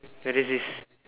prejudice